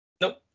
Nope